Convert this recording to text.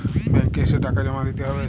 Bank এ এসে টাকা জমা দিতে হবে?